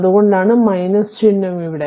അതുകൊണ്ടാണ് '' ചിഹ്നം അവിടെ